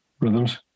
rhythms